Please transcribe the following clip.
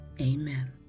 Amen